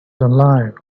alive